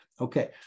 Okay